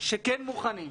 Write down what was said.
שכן מוכנים,